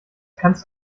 kannst